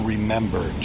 Remember